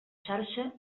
xarxa